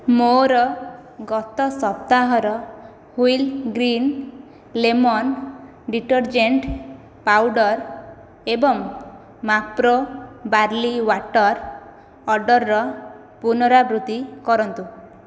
ମୋର ଗତ ସପ୍ତାହର wheel green lemon detergent powder ଏବଂ ମାପ୍ରୋ ବାର୍ଲି ୱାଟର୍ ଅର୍ଡ଼ର୍ର ପୁନରାବୃତ୍ତି କରନ୍ତୁ